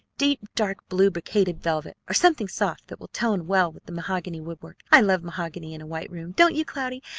deep, dark-blue brocaded velvet, or something soft that will tone well with the mahogany woodwork. i love mahogany in a white room, don't you, cloudy?